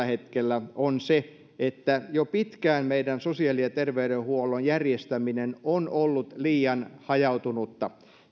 hetkellä on se että jo pitkään meidän sosiaali ja terveydenhuollon järjestäminen on ollut liian hajautunutta